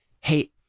hey